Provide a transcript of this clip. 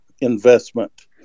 Investment